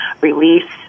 release